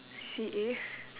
C_C_A